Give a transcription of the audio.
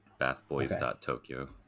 bathboys.tokyo